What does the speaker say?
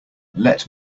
let